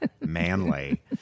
Manly